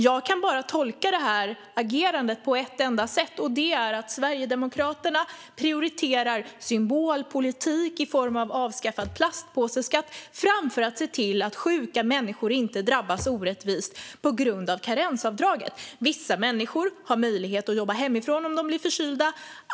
Jag kan bara tolka det här agerandet på ett enda sätt, och det är att Sverigedemokraterna prioriterar symbolpolitik i form av avskaffad plastpåseskatt framför att se till att sjuka människor inte drabbas orättvist på grund av karensavdraget. Vissa människor har möjlighet att jobba hemifrån om de blir förkylda.